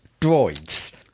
droids